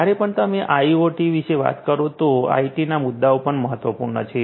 જ્યારે પણ તમે આઇઓટી વિશે વાત કરો તો આઇટીના મુદ્દાઓ પણ મહત્વપૂર્ણ છે